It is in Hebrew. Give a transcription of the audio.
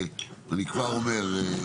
אני כבר אומר,